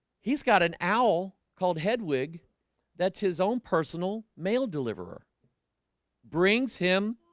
he's got an owl called hedwig that's his own personal mail deliverer brings him.